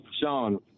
Sean